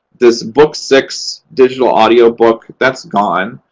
this book six digital audio book, that's gone.